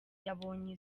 yabonye